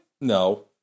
No